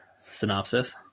synopsis